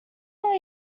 are